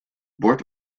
bord